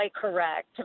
correct